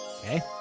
Okay